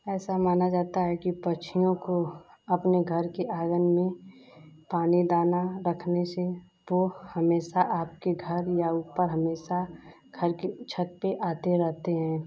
ऐसा माना जाता है कि पक्षियों को अपने घर के आँगन में पानी दाना रखने से वह हमेशा आपके घर या ऊपर हमेशा घर की छत पर आते रहते हैं